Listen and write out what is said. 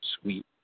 Sweet